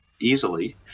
easily